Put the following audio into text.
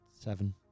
Seven